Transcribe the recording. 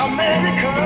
America